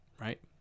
right